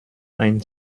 ein